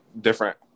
different